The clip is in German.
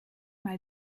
mal